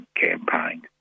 campaign